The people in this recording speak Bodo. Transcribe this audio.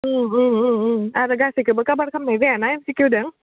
आरो गासैखोबो कभाार खामनाय जायाना एमसिकिउजों